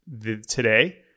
today